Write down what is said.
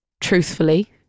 truthfully